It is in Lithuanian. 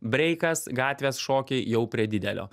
breikas gatvės šokiai jau prie didelio